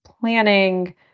planning